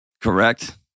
Correct